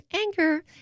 anger